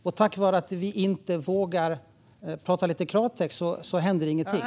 På grund av att vi inte vågar tala klartext händer ingenting.